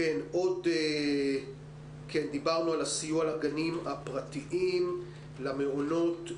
דיברנו על הסיוע לגנים הפרטיים, למעונות.